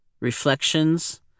reflections